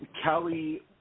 Kelly